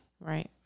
Right